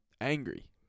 angry